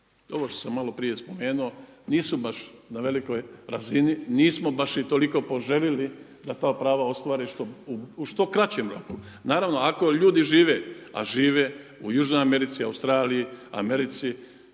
Ovo što sam malo prije spomenuo nisu baš na velikoj razini, nismo baš i toliko poželili da ta prava ostvare u što kraćem roku. Naravno ako ljudi žive, a žive u Južnoj Americi, Australiji, Americi,